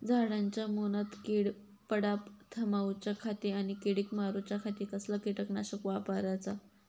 झाडांच्या मूनात कीड पडाप थामाउच्या खाती आणि किडीक मारूच्याखाती कसला किटकनाशक वापराचा?